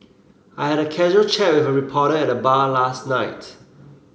I had a casual chat with a reporter at the bar last night